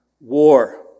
War